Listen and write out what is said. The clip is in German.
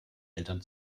eltern